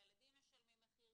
הילךים משלמים מחיר,